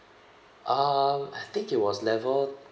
um I think it was level